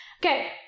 Okay